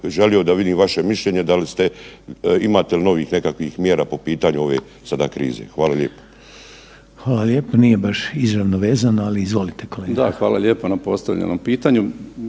želio da vidim vaše mišljenje da li ste, imate li novih nekakvih mjera po pitanju ove sada krize? Hvala lijepo. **Reiner, Željko (HDZ)** Hvala lijepo. Nije baš izravno vezano, ali izvolite kolega. **Zrinušić, Zdravko** Da, hvala lijepo na postavljenom pitanju.